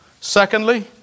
Secondly